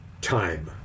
time